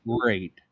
great